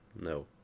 no